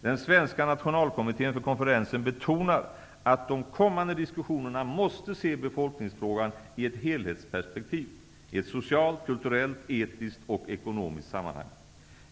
Den svenska nationalkommittén för konferensen betonar att de kommande diskussionerna måste se befolkningsfrågan i ett helhetsperspektiv -- i ett socialt, kulturellt, etiskt och ekonomiskt sammanhang.